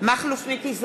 מכלוף מיקי זוהר,